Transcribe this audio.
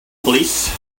police